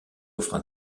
offrent